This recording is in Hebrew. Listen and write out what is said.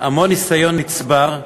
המון ניסיון נצבר,